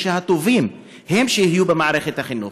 כדי שהטובים הם שיהיו במערכת החינוך.